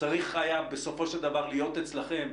צריך היה בסופו של דבר להיות אצלכם,